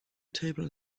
table